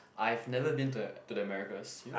I've never been to the to the Americas you